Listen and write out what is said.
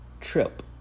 trip